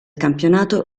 campionato